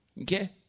Okay